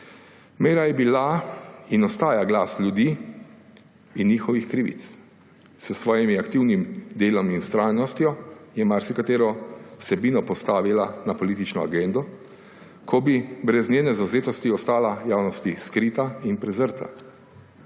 Meira je bila in ostaja glas ljudi in njihovih krivic. S svojim aktivnim delom in vztrajnostjo je marsikatero vsebino postavila na politično agendo, ko bi brez njene zavzetosti ostala javnosti skrita in prezrta.